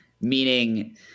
meaning